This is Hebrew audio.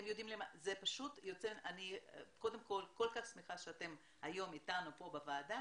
אני כל כך שמחה שאתם היום אתנו כאן בוועדה